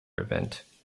event